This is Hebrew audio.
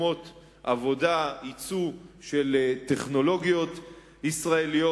מקומות עבודה, יצוא של טכנולוגיות ישראליות.